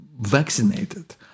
vaccinated